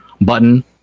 button